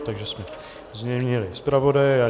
Takže jsme změnili zpravodaje.